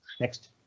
Next